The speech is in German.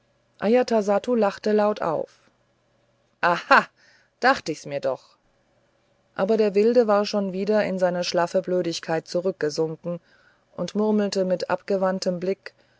lachte laut auf aha dacht ich mir's doch aber der wilde war schon wieder in seine schlaffe blödigkeit zurückgesunken und murmelte mit weggewandtem blick